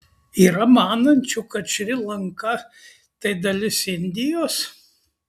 yra manančių kad šri lanka tai dalis indijos